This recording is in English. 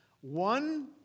One